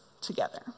together